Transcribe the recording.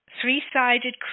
three-sided